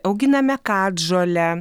auginame katžolę